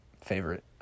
favorite